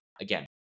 again